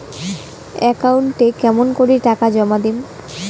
একাউন্টে কেমন করি টাকা জমা দিম?